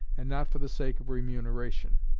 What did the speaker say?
and not for the sake of remuneration,